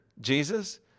Jesus